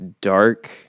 dark